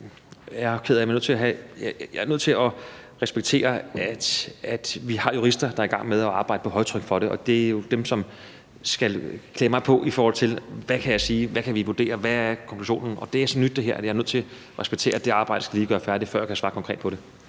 jeg er nødt til at respektere, at vi har jurister, der er i gang med at arbejde på højtryk på det. Og det er jo dem, der skal klæde mig på, i forhold til hvad jeg kan sige, hvad vi kan vurdere, og hvad konklusionen er. Og det her er så nyt, at jeg er nødt til at respektere, at det arbejde lige skal gøres færdigt, før jeg kan svare konkret på det.